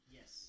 Yes